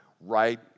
right